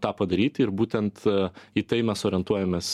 tą padaryti ir būtent a į tai mes orientuojamės